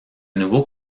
nouveau